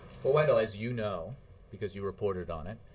well, wendell, as you know because you reported on it,